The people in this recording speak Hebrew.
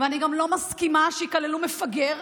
ואני גם לא מסכימה שיקללו "מפגר",